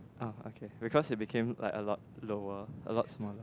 oh okay because it became like a lot lower a lot smaller